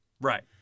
Right